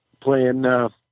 playing